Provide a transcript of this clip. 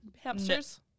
hamsters